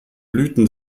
blüten